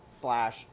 slash